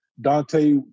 Dante